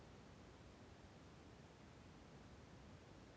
ತಾಂತ್ರಿಕ ಕೃಷಿ ಪದ್ಧತಿಯಿಂದ ಅನುಕೂಲತೆ ಅದ ಏನ್ರಿ?